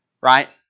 Right